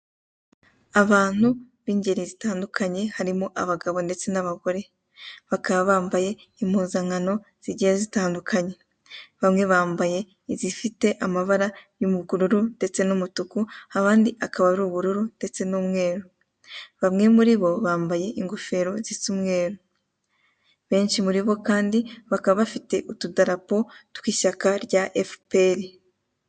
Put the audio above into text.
Abantu bingeri zitandukanye harimo abagabo ndetse n'abagore bakaba bambaye impuzankano zigiye zitandukanye bamwe bambaye izifite amabara y'ubururu ndetse n'umutuku abandi akaba ari ubururu ndetse n'umweru bamwe muribo bambaye ingofero zisumweru benshi muribo kandi bakaba bafite utudarapo twishyaka rya FPR.